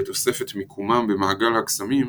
בתוספת מיקומם במעגל הקסמים,